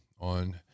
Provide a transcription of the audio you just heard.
on